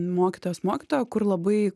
mokytojos mokytojo kur labai